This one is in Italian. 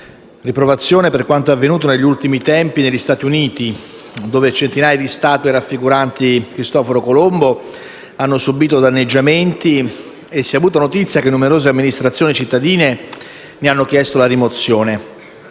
riprovazione per quanto avvenuto negli ultimi tempi negli Stati Uniti, dove centinaia di statue raffiguranti Cristoforo Colombo hanno subìto danneggiamenti e si è avuta notizia che numerose amministrazioni cittadine ne hanno chiesto la rimozione.